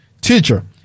teacher